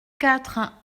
quatre